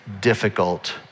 difficult